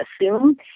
assume